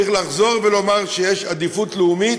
צריך לחזור ולומר שיש עדיפות לאומית,